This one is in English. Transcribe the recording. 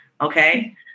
Okay